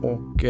Och